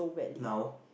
now